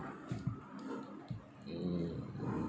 mm